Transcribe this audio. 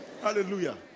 hallelujah